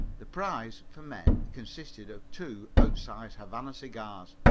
the prize for men consisted of two out-size havannah cigars,